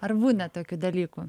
ar būna tokių dalykų